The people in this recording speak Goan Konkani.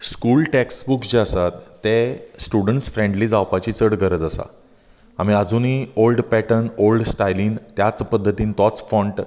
स्कुल टॅक्सबुक जे आसात ते स्टुडंट फ्रेंडली जावपाची चड गरज आसा आमी आजूनी ओल्ड पेटर्न ओल्ड स्टायलिन त्याच पद्दतीन तोच फोंट